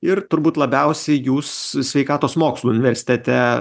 ir turbūt labiausiai jūs sveikatos mokslų universitete